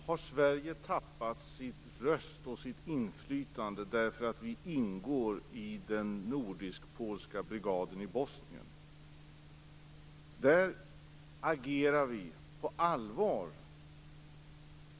Herr talman! Har Sverige tappat sin röst och sitt inflytande därför att vi ingår i den nordisk-polska brigaden i Bosnien? Där agerar vi på allvar.